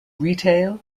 retail